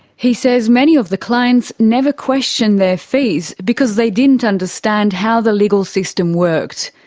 he says many of the clients never questioned their fees, because they didn't understand how the legal system worked.